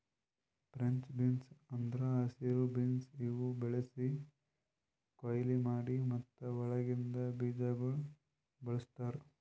French beans ಅಂದುರ್ ಹಸಿರು beans ಇವು ಬೆಳಿಸಿ, ಕೊಯ್ಲಿ ಮಾಡಿ ಮತ್ತ ಒಳಗಿಂದ್ ಬೀಜಗೊಳ್ ಬಳ್ಸತಾರ್